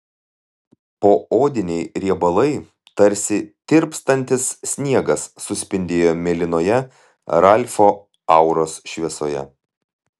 poodiniai riebalai tarsi tirpstantis sniegas suspindėjo mėlynoje ralfo auros šviesoje